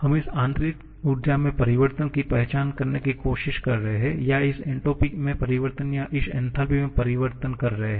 हम इस आंतरिक ऊर्जा में परिवर्तन की पहचान करने की कोशिश कर रहे हैं या इस एन्ट्रापी में परिवर्तन या इस एन्थालपी में परिवर्तन कर रहे हैं